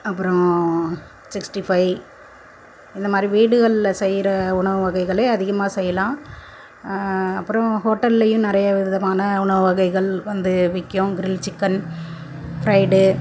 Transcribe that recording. அப்பறம் sixty five இந்தமாதிரி வீடுகளில் செய்கிற உணவு வகைகள் அதிகமாக செய்யலாம் அப்புறம் ஹோட்டல்லேயும் நிறைய விதமான உணவு வகைகள் வந்து விற்கும் க்ரில் சிக்கன் ஃப்ரைடு